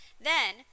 Then